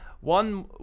One